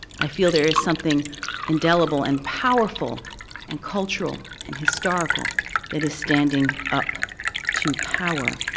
i feel there is something indelible and powerful and cultural and historical that is standing up to power.